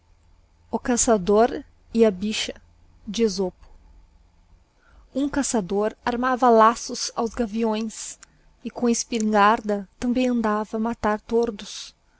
o caçador e a bicha hum caçador armava laços aos gaviões e com a espingarda também andava a matar tordos